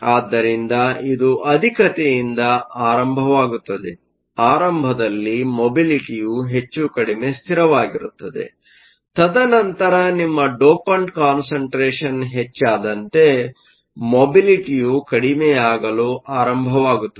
ಆದ್ದರಿಂದ ಇದು ಅಧಿಕತೆಯಿಂದ ಆರಂಭವಾಗುತ್ತದೆ ಆರಂಭದಲ್ಲಿ ಮೊಬಿಲಿಟಿಯು ಹೆಚ್ಚು ಕಡಿಮೆ ಸ್ಥಿರವಾಗಿರುತ್ತದೆ ತದನಂತರ ನಿಮ್ಮ ಡೋಪಂಟ್ ಕಾನ್ಸಂಟ್ರೆಷನ್ ಹೆಚ್ಚಾದಂತೆಮೊಬಿಲಿಟಿಯು ಕಡಿಮೆಯಾಗಲು ಆರಂಭವಾಗುತ್ತದೆ